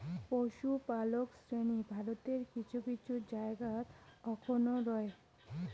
পশুপালক শ্রেণী ভারতের কিছু কিছু জায়গাত অখনও রয়